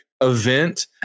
event